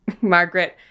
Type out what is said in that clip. Margaret